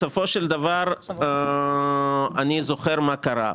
בסופו של דבר אני זוכר מה קרה.